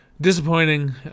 disappointing